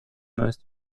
most